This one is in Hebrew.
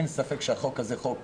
אין ספק שהחוק הזה הוא חוק